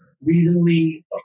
reasonably